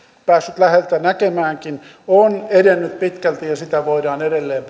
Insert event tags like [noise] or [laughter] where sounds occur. päässyt läheltä näkemäänkin on edennyt pitkälti ja sitä voidaan edelleen [unintelligible]